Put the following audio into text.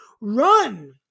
Run